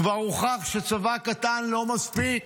כבר הוכח שצבא קטן לא מספיק,